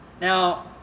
now